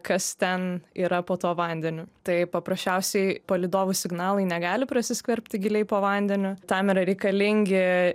kas ten yra po tuo vandeniu tai paprasčiausiai palydovų signalai negali prasiskverbti giliai po vandeniu tam yra reikalingi